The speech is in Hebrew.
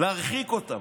ירחיקו אותם.